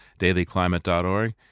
dailyclimate.org